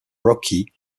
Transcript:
rocky